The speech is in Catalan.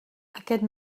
aquest